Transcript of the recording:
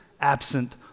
absent